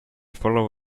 follow